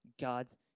God's